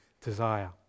desire